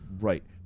Right